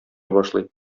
башлый